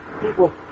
people